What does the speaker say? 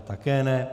Také ne.